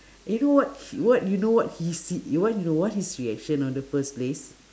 and you know what what you know what he's se~ you know what h~ you know what his reaction on the first place